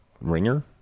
ringer